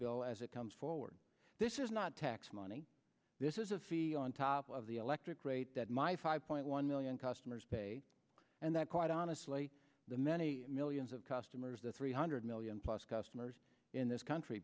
bill as it comes forward this is not tax money this is a fee on top of the electric rate that my five point one million customers pay and that quite honestly the many millions of customers the three hundred million plus customers in this country